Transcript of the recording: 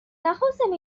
نخواستم